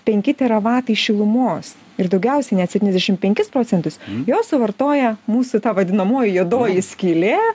penki teravatai šilumos ir daugiausiai net septyniasdešim penkis procentus jos suvartoja mūsų ta vadinamoji juodoji skylė